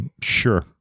Sure